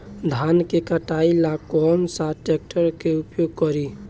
धान के कटाई ला कौन सा ट्रैक्टर के उपयोग करी?